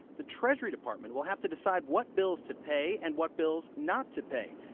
the treasury department will have to decide what bills to pay and what bills not to pay.